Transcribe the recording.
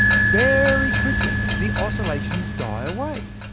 very quickly, the oscillations die away.